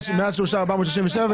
לעניין העובדים - מאז שאושר ה-467.